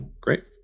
Great